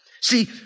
See